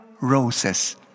roses